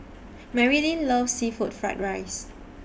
Marylin loves Seafood Fried Rice